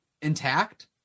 Intact